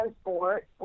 sport